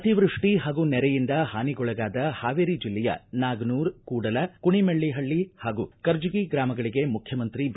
ಅತಿವೃಷ್ಟಿ ಹಾಗೂ ನೆರೆಯಿಂದ ಹಾನಿಗೊಳಗಾದ ಹಾವೇರಿ ಜಿಲ್ಲೆಯ ನಾಗನೂರ ಕೂಡಲ ಕುಣಿಮೆಳ್ಳಿಹಳ್ಳಿ ಹಾಗೂ ಕರ್ಜಗಿ ಗ್ರಾಮಗಳಿಗೆ ಮುಖ್ಯಮಂತ್ರಿ ಬಿ